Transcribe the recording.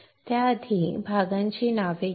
त्याआधी भागांची नावे घेऊ